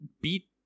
beat